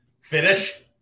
finish